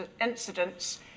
incidents